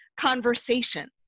conversation